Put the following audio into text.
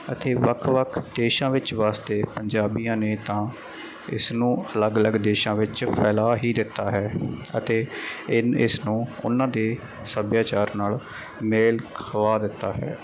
ਅਤੇ ਵੱਖ ਵੱਖ ਦੇਸ਼ਾਂ ਵਿੱਚ ਵਸਦੇ ਪੰਜਾਬੀਆਂ ਨੇ ਤਾਂ ਇਸ ਨੂੰ ਅਲੱਗ ਅਲੱਗ ਦੇਸ਼ਾਂ ਵਿੱਚ ਫੈਲਾ ਹੀ ਦਿੱਤਾ ਹੈ ਅਤੇ ਇਨ ਇਸ ਨੂੰ ਉਹਨਾਂ ਦੇ ਸੱਭਿਆਚਾਰ ਨਾਲ ਮੇਲ ਖਵਾ ਦਿੱਤਾ ਹੈ